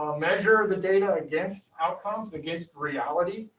ah measure the data against outcomes against reality.